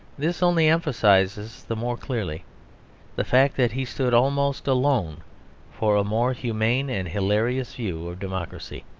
this only emphasises the more clearly the fact that he stood almost alone for a more humane and hilarious view of democracy.